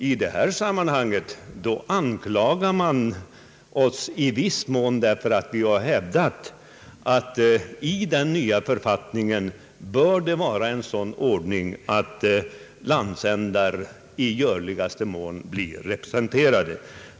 I detta sammanhang anklagar man oss i viss mån för att vi har hävdat, att det i den nya författningen bör vara en sådan ordning att alla landsändar i görligaste mån blir representerade.